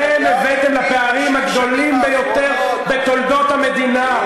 אתם הבאתם לפערים הגדולים ביותר בתולדות המדינה.